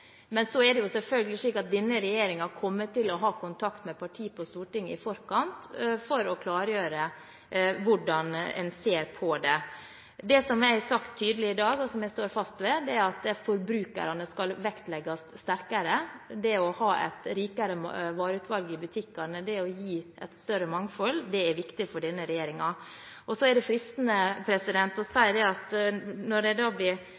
Men denne regjeringen vil selvsagt ha kontakt med partier på Stortinget i forkant for å klargjøre hvordan man ser på det. Det som jeg har sagt tydelig i dag, og som jeg står fast ved, er at forbrukerne skal vektlegges sterkere. Det er viktig for denne regjeringen å ha et rikere vareutvalg i butikkene og kunne gi et større mangfold. Når man blir tillagt en egen evne til dobbeltkommunikasjon, kan det være fristende å spørre om det er